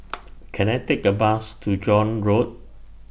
Can I Take A Bus to John Road